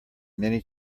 many